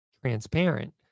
transparent